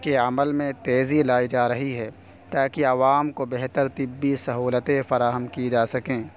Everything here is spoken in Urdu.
کے عمل میں تیزی لائی جا رہی ہے تاکہ عوام کو بہتر طبی سہولتیں فراہم کی جا سکیں